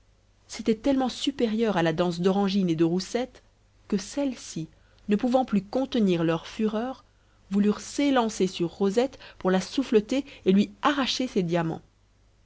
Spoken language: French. c'était tellement supérieur à la danse d'orangine et de roussette que celles-ci ne pouvant plus contenir leur fureur voulurent s'élancer sur rosette pour la souffleter et lui arracher ses diamants